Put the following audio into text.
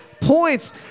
points